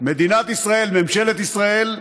מדינת ישראל, ממשלת ישראל,